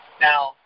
Now